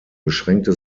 beschränkte